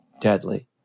deadly